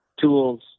tools